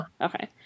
Okay